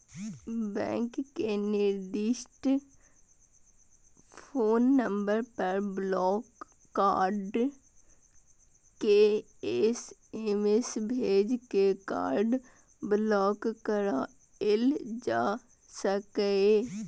bank के निर्दिष्ट phone number पर ब्लॉक कार्ड के एस.एम.एस भेज के कार्ड ब्लॉक कराएल जा सकैए